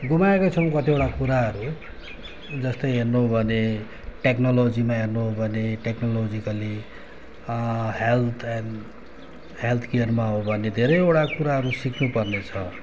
गुमाएका छौँ कतिवटा कुराहरू जस्तै हेर्नु भने टेक्नोलोजीमा हेर्नु भने टेक्नोलोजीकली हेल्थ एन्ड हेल्थ केयरमा हो भने धेरैवटा कुराहरू सिक्नुपर्नेछ